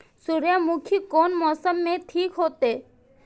सूर्यमुखी कोन मौसम में ठीक होते?